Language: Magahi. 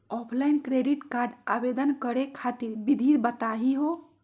ऑफलाइन क्रेडिट कार्ड आवेदन करे खातिर विधि बताही हो?